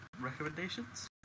recommendations